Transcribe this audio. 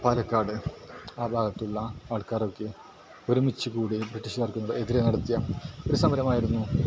പാലക്കാട് ആ ഭാഗത്തുള്ള ആൾക്കാരൊക്കെ ഒരുമിച്ച് കൂടി ബ്രിട്ടീഷ്കാർക്കെതിരെ നടത്തിയ ഒരു സമരമായിരുന്നു